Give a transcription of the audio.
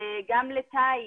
גם לתאית,